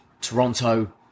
Toronto